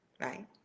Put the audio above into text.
right